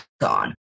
gone